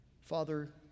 Father